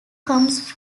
comes